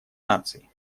наций